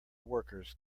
workers